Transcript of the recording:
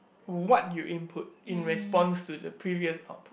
what you input in response to the previous output